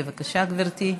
בבקשה, גברתי.